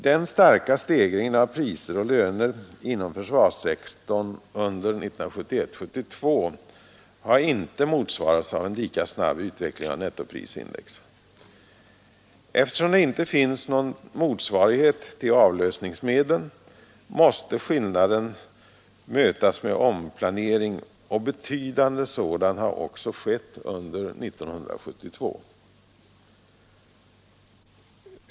Den starka stegringen av priser och löner inom försvarssektorn under 1971—1972 har inte motsvarats av en lika snabb utveckling av nettoprisindex. Eftersom det inte finns någon motsvarighet till avlösningsmedlen, måste skillnaden mötas med omplanering, och en betydande sådan har också skett under 1972.